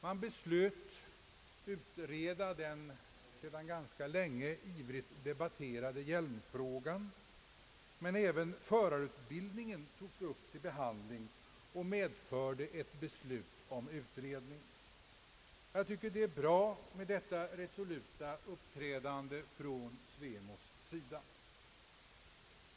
Man beslöt utreda den ivrigt debatterade hjälmfrågan, men även förarutbildningen togs upp till behandling och resulterade i ett beslut om utredning. Jag tycker det är bra med detta resoluta uppträdande från SVEMO:s sida.